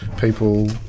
People